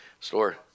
store